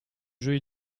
jeux